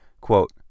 Quote